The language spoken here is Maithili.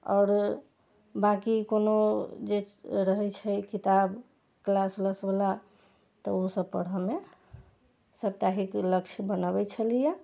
आओर बाकी कोनो जे रहै छै किताब क्लास ऊलास वला त ओसब पढ़ए मे सप्ताहिक लक्ष्य बनबै छलिया